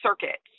circuits